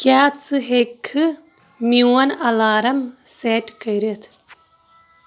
کیٛاہ ژٕ ہیٚککھٕ میٛون الارَم سیٹ کٔرِتھ